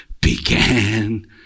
began